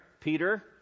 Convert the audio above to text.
Peter